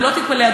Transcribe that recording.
ולא תתפלא,